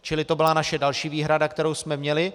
Čili to byla naše další výhrada, kterou jsme měli.